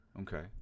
okay